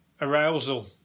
arousal